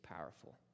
powerful